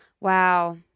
wow